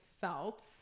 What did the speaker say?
felt